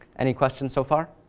any questions so far?